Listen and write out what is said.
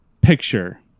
picture